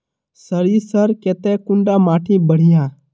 सरीसर केते कुंडा माटी बढ़िया?